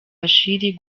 bashir